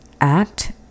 act